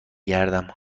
گردم